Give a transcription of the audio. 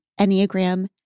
Enneagram